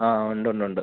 ആ ഉണ്ട് ഉണ്ടുണ്ട്